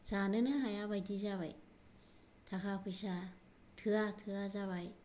जानोनो हाया बायदि जाबाय थाखा फैसा थोआ थोआ जाबाय